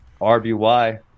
RBY